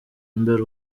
mbere